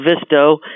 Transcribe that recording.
Visto